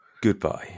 Goodbye